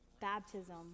baptism